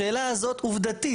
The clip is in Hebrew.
השאלה זאת עובדתית,